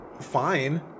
fine